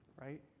right